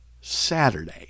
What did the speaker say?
saturday